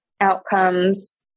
outcomes